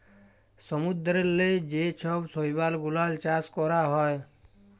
সমুদ্দূরেল্লে যে ছব শৈবাল গুলাল চাষ ক্যরা হ্যয়